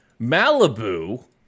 Malibu